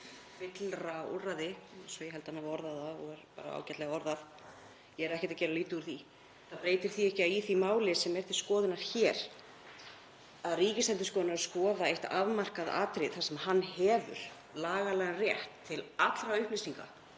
fyllra úrræði, eins og ég held hann hafi orðað það og er ágætlega orðað, ég er ekkert að gera lítið úr því. Það breytir því ekki að í því máli sem er til skoðunar hér er ríkisendurskoðandi að skoða eitt afmarkað atriði þar sem hann hefur lagalegan rétt til allra upplýsinga,